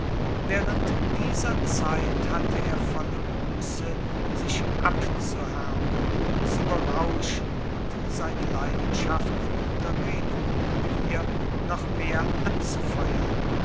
während dieser zeit hatte er volle muße sich abzuhärmen zu berauschen und seine leidenschaft in unterredungen mit ihr noch mehr anzufeuern